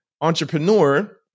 entrepreneur